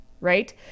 right